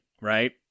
right